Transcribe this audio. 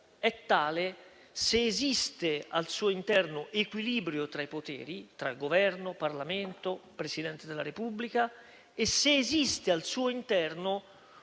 è tale se esistono al suo interno equilibrio tra i poteri, tra Governo, Parlamento, Presidente della Repubblica, e una rete